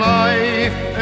life